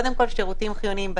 שירותים חיוניים הם